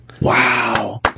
Wow